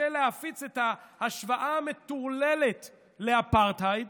החל להפיץ את ההשוואה המטורללת לאפרטהייד.